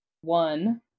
one